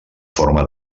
forma